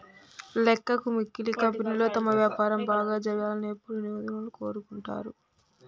లెక్కకు మిక్కిలి కంపెనీలు తమ వ్యాపారం బాగా జరగాలని ఎప్పుడూ నిధులను కోరుకుంటరు